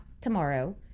tomorrow